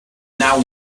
now